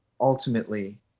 ultimately